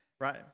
Right